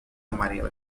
amarela